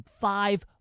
five